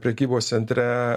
prekybos centre